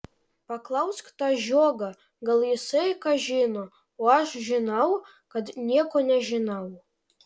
paklausk tą žiogą gal jisai ką žino o aš žinau kad nieko nežinau